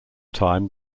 time